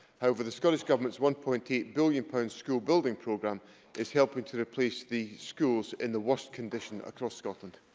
however, the scottish government's one point eight billion pounds school building programme is helping to replace the schools in the worst condition across scotland.